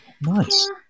Nice